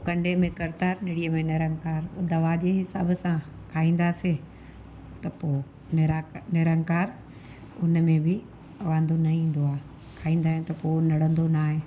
पोइ कंडे में करतार निड़ीअ में निरंकार दवा जे हिसाब सां खाईंदा से त पोइ निरा निरंकार उन में बि वांधो न ईंदो आहे खाईंदा आहियूं त पोइ निड़ंदो न आहे